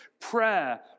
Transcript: prayer